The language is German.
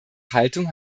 haltung